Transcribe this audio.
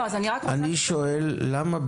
אני שואל: למה,